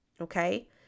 okay